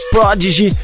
Prodigy